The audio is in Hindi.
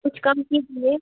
कुछ कम कीजिए